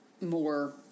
more